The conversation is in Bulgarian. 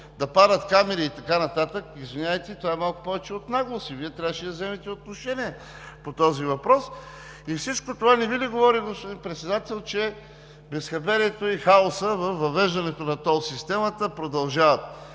да палят камери и така нататък, извинявайте, това е малко повече от наглост и Вие, трябваше да вземете отношение по този въпрос. И всичко това не Ви ли говори, господин Председател, че безхаберието и хаосът във въвеждането на тол системата продължават.